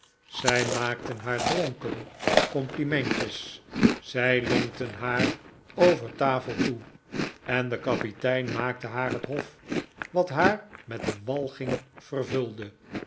zij maakten haar dronken complimentjes zij lonkten haar over tafel toe en de kapitein maakte haar het hof wat haar met walging vervulde